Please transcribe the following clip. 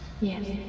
yes